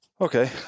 Okay